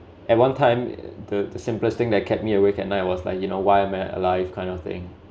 at one time the simplest thing that kept me awake at night was like you know why am I alive kind of thing